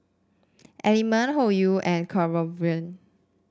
Element Hoyu and Kronenbourg